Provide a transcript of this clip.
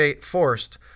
forced